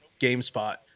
GameSpot